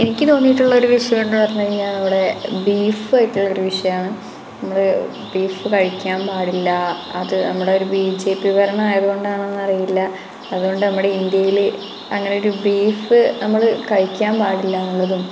എനിക്ക് തോന്നിയിട്ടുള്ള ഒരു വിഷയമെന്നു പറഞ്ഞു കഴിഞ്ഞാൽ ഇവിടെ ബീഫ് ആയിട്ടുള്ളൊരു വിഷയമാണ് നിങ്ങൾ ബീഫ് കഴിക്കാൻ പാടില്ല അത് നമ്മളുടെ ഒരു ബി ജെ പി ഭരണമായതു കൊണ്ടാണോ എന്നറിയില്ല അതുകൊണ്ട് നമ്മുടെ ഇന്ത്യയിൽ അങ്ങനൊരു ബീഫ് നമ്മൾ കഴിക്കാൻ പാടില്ലയെന്നുള്ളതും